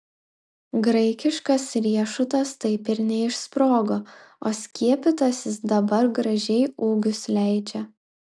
graikiškas riešutas taip ir neišsprogo o skiepytasis dabar gražiai ūgius leidžia